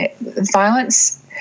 violence